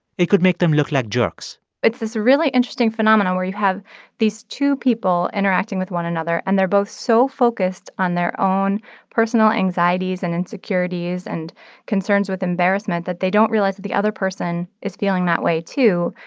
it could make them look like jerks it's this really interesting phenomenon where you have these two people interacting with one another, and they're both so focused on their own personal anxieties and insecurities and concerns with embarrassment that they don't realize that the other person is feeling that way, too.